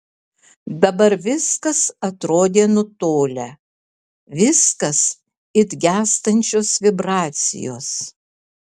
dabar viskas atrodė nutolę viskas it gęstančios vibracijos